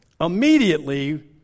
Immediately